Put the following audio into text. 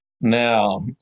Now